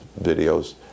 videos